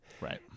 Right